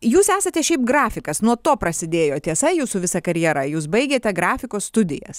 jūs esate šiaip grafikas nuo to prasidėjo tiesa jūsų visa karjera jūs baigėte grafikos studijas